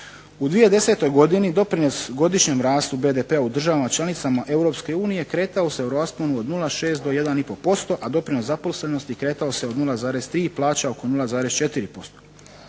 U 2010. godini doprinos godišnjem rastu BDP-a u državama članicama Europske unije kretao se u rasponu od 0,6 do 1 i po posto, a doprinos zaposlenosti kretao se od 0,3 plaća oko 0,4%.